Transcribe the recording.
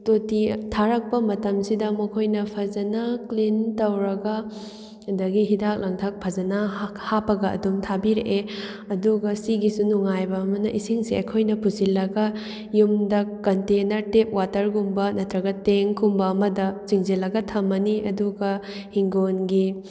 ꯇꯣꯇꯤ ꯊꯥꯔꯛꯄ ꯃꯇꯝꯁꯤꯗ ꯃꯈꯣꯏꯅ ꯐꯖꯅ ꯀ꯭ꯂꯤꯟ ꯇꯧꯔꯒ ꯑꯗꯒꯤ ꯍꯤꯗꯥꯛ ꯂꯥꯡꯊꯛ ꯐꯖꯅ ꯍꯥꯞꯄꯒ ꯑꯗꯨꯝ ꯊꯥꯕꯤꯔꯛꯑꯦ ꯑꯗꯨꯒ ꯁꯤꯒꯤꯁꯨ ꯅꯨꯡꯉꯥꯏꯕ ꯑꯃꯅ ꯏꯁꯤꯡꯁꯦ ꯑꯩꯈꯣꯏꯅ ꯄꯨꯁꯤꯜꯂꯒ ꯌꯨꯝꯗ ꯀꯟꯇꯦꯟꯅꯔ ꯇꯦꯞ ꯋꯥꯇꯔꯒꯨꯝꯕ ꯅꯠꯇ꯭ꯔꯒ ꯇꯦꯡꯀꯨꯝꯕ ꯑꯃꯗ ꯆꯤꯡꯁꯤꯜꯂꯒ ꯊꯝꯃꯅꯤ ꯑꯗꯨꯒ ꯍꯤꯡꯒꯣꯜꯒꯤ